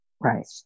Right